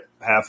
half